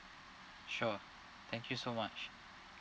sure thank you so much